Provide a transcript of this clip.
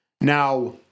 Now